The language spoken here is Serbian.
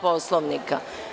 Poslovnika?